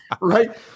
right